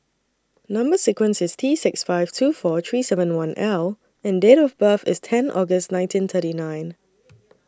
Number sequence IS T six five two four three seven one L and Date of birth IS ten August nineteen thirty nine